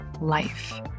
life